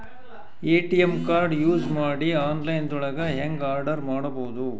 ATM card use ಮಾಡಿ online ದೊಳಗೆ ಹೆಂಗ್ ಆರ್ಡರ್ ಮಾಡುದು?